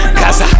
cause